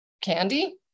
candy